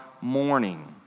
morning